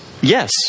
Yes